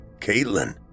Caitlin